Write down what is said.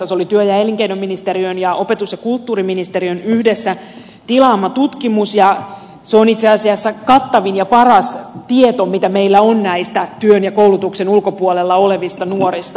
se oli työ ja elinkeinoministeriön ja opetus ja kulttuuriministeriön yhdessä tilaama tutkimus ja se on itse asiassa kattavin ja paras tieto mitä meillä on näistä työn ja koulutuksen ulkopuolella olevista nuorista